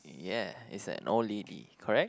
yeah it's an old lady correct